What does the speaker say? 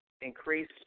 increase